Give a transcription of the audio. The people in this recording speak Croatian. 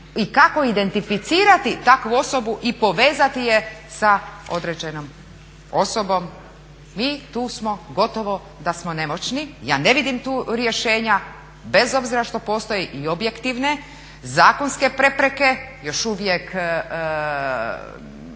i kako identificirati takvu osobu i povezati je sa određenom osobom. Mi tu smo gotovo nemoćni, ja ne vidim tu rješenja, bez obzira što postoje i objektivne zakonske prepreke još uvijek